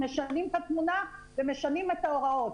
משנים את התמונה ומשנים את ההוראות.